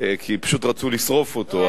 כי פשוט רצו לשרוף אותו,